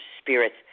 spirits